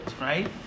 right